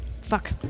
Fuck